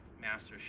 master